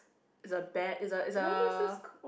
is a bet is a is a